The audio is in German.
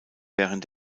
während